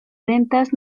ventas